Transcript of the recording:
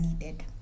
needed